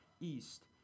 east